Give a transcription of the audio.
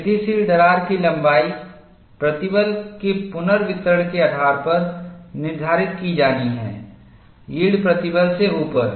वृद्धिशील दरार की लंबाई प्रतिबल के पुनर्वितरण के आधार पर निर्धारित की जानी है यील्ड प्रतिबल से ऊपर